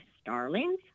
starlings